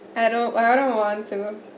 I don't know whatever ones